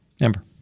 Amber